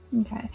Okay